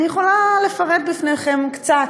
אני יכולה לפרט בפניכם קצת.